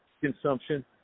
Consumption